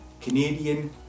Canadian